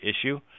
issue